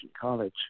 College